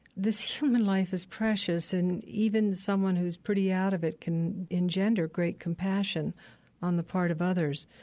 this human life is precious, and even someone who's pretty out of it can engender great compassion on the part of others.